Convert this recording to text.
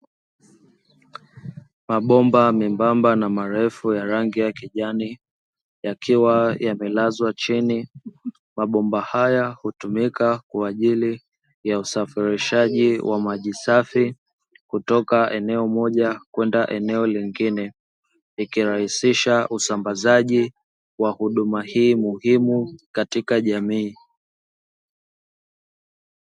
Mabomba myembamba na marefu ya rangi ya kijani, yakiwa yamelazwa chini. Mabomba haya hutumika kwa ajili ya usafirishaji wa maji safi kutoka eneo moja kwenda eneo lingine, yakirahisisha usambazaji wa huduma hii muhimu katika jamii.